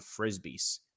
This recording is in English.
Frisbees